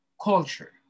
culture